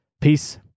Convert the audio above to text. Peace